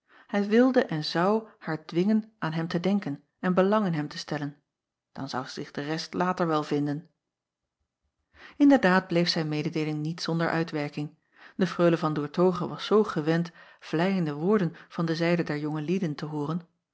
hij wilde en zou haar dwingen aan hem te denken en belang in hem te stellen dan zou zich de rest later wel vinden nderdaad bleef zijn mededeeling niet zonder uitwerking e reule an oertoghe was zoo gewend vleiende woorden van de zijde der jonge lieden te hooren